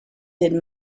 did